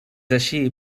així